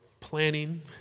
planning